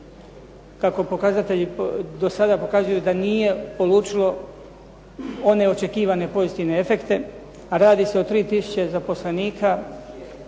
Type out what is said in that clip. kako pokazatelji do sada pokazuju da nije polučilo one očekivane pozitivne efekte. Radi se o 3 tisuće zaposlenika,